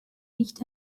nicht